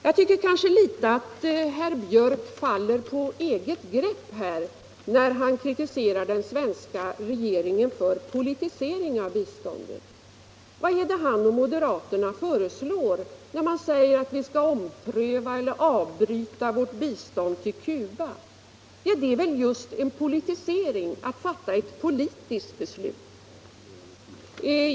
Jag tycker kanske att herr Björck i Nässjö i viss utsträckning faller på eget grepp när han kritiserar den svenska regeringen för politisering av biståndet. Vad är det herr Björck och moderaterna föreslår när man säger att man skall ompröva eller avbryta vårt bistånd till Cuba? Det är väl just en politisering, fattandet av ett politiskt beslut.